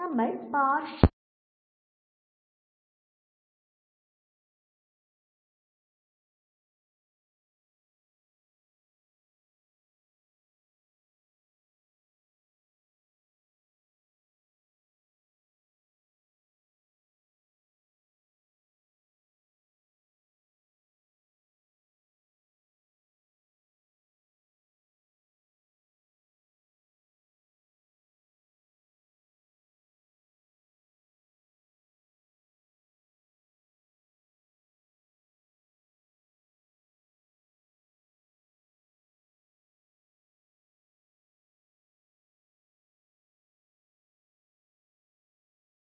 നമ്മൾ പാർഷ്യൽ ഡെറിവേറ്റുകളെ പറ്റി പഠിച്ചു ഡോട്ട് ഉത്പന്നത്തെ പറ്റിയും നോക്കി ക്രോസ്സ് പ്രോഡക്റ്റ് എന്താണെന്നും നിങ്ങൾക്ക് ഇപ്പോൾ മനസിലായിക്കാണും